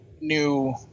new